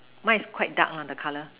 mine is quite dark lah the colour